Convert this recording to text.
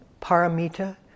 paramita